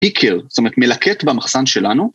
‫פיקר, זאת אומרת מלקט במחסן שלנו.